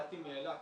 באתי מאילת